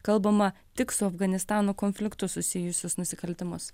kalbama tik su afganistano konfliktu susijusius nusikaltimus